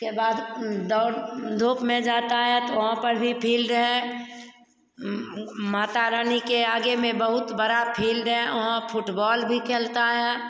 के बाद दौड़ धूप में जाता है तो वहाँ पर भी फील्ड है माता रानी के आगे में बहुत बड़ा फील्ड है वहाँ फुटबॉल भी खेलता है